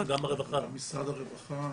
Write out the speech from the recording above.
גם משרד הרווחה.